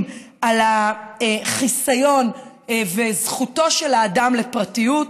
על החיסיון ועל זכותו של האדם לפרטיות,